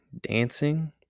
dancing